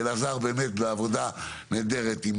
אלעזר, באמת עבודה מצוינת עם